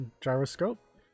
gyroscope